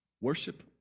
Worship